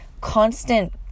constant